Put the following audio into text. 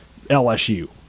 LSU